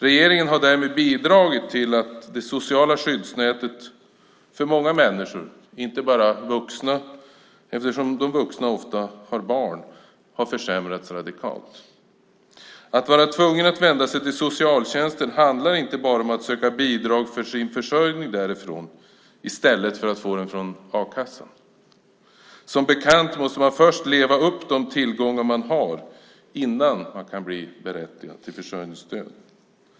Regeringen har därmed bidragit till att det sociala skyddsnätet för många människor - inte bara vuxna utan även barn eftersom de vuxna ofta har barn - försämrats radikalt. Att vara tvungen att vända sig till socialtjänsten handlar inte bara om att söka bidrag för sin försörjning därifrån i stället för att få den från a-kassan. Som bekant måste man först leva upp de tillgångar man har innan man kan bli berättigad till försörjningsstöd.